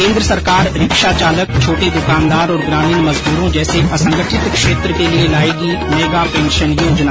केन्द्र सरकार रिक्शा चालक छोटे दुकानदार और ग्रामीण मजदूरों जैसे असंगठित क्षेत्र के लिये लायेगी मेगा पेंशन योजना